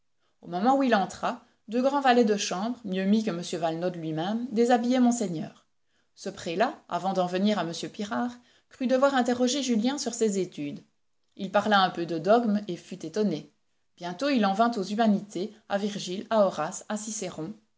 au moment où il entra deux grands valets de chambre mieux mis que m valenod lui-même déshabillaient monseigneur ce prélat avant d'en venir à m pirard crut devoir interroger julien sur ses études il parla un peu de dogme et fut étonné bientôt il en vint aux humanités à virgile à horace à